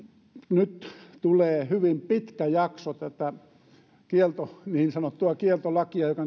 nyt tulee hyvin pitkä jakso tätä niin sanottua kieltolakia joka